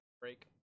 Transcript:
break